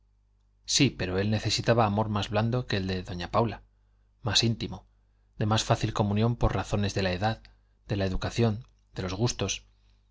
sí pero él necesitaba amor más blando que el de doña paula más íntimo de más fácil comunión por razón de la edad de la educación de los gustos